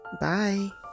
Bye